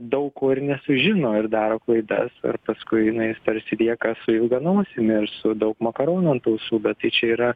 daug ko ir nesužino ir daro klaidas ir paskui na ir tarsi lieka su ilga nosimi ir su daug makaronų ant ausų bet tai čia yra